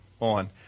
on